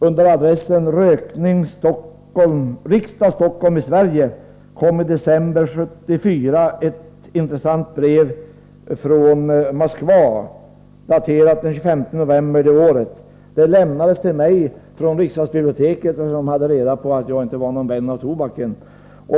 Under adressen Riksdagen, Stockholm, Sverige kom i december 1974 ett intressant brev från Moskva, daterat den 25 november det året. Det lämnades till mig från riksdagsbiblioteket, eftersom personalen där hade reda på att jag inte var någon vän av I tobaken.